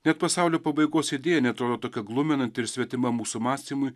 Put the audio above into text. net pasaulio pabaigos idėja neatrodo tokia gluminanti ir svetima mūsų mąstymui